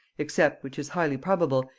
except, which is highly probable,